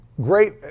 Great